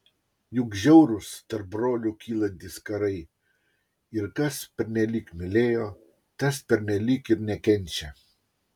juk žiaurūs tarp brolių kylantys karai ir kas pernelyg mylėjo tas pernelyg ir nekenčia